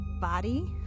body